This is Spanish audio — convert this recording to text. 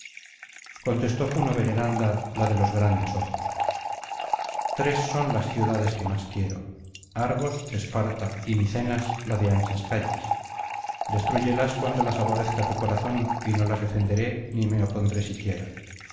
contestó juno veneranda la de los grandes ojos tres son las ciudades que más quiero argos esparta y micenas la de anchas calles destruyelas cuando las aborrezca tu corazón y no las defenderé ni me opondré siquiera